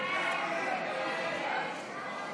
הצעת